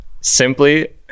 simply